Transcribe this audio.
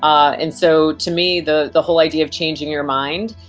um and so to me, the, the whole idea of changing your mind,